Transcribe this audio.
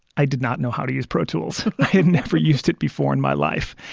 i did not know how to use pro tools. i had never used it before in my life.